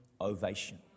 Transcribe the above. ovation